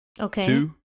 Okay